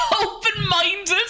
Open-minded